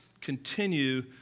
continue